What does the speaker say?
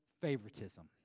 favoritism